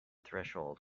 threshold